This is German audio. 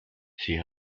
sie